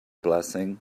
blessing